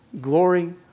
glory